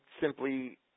simply